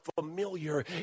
familiar